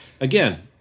again